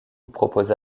propose